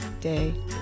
day